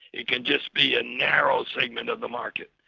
it can just be a narrow segment of the market,